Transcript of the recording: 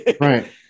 right